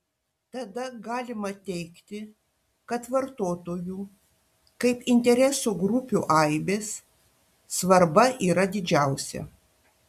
tada galima teigti kad vartotojų kaip interesų grupių aibės svarba yra didžiausia